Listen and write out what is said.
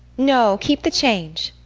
no, keep the change.